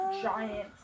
giant